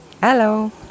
Hello